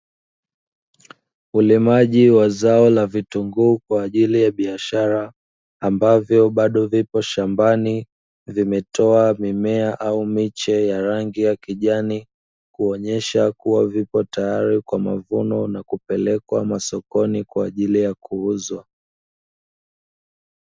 Ulimaji wa zao la vitunguu kwa ajili ya biashara; ambavyo bado vipo shambani, vimetoa mimea au miche ya rangi ya kijani, kuonesha kuwa vipo tayari kwa mavuno na kupelekwa masokoni kwa ajili ya kuuzwa.